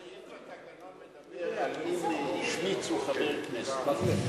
הסעיף בתקנון מדבר, אם השמיצו חבר כנסת.